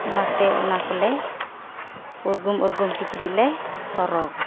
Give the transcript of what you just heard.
ᱚᱱᱟᱛᱮ ᱚᱱᱟ ᱠᱚᱞᱮ ᱩᱨᱜᱩᱢ ᱩᱨᱜᱩᱢ ᱠᱤᱪᱨᱤᱡ ᱞᱮ ᱦᱚᱨᱚᱜᱟ